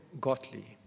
godly